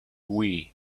wii